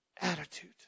Attitude